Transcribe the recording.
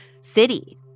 city